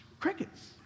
Crickets